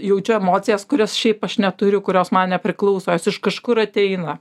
jaučiu emocijas kurias šiaip aš neturiu kurios man nepriklauso jos iš kažkur ateina